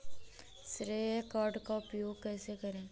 श्रेय कार्ड का उपयोग कैसे करें?